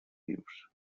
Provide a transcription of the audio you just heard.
nius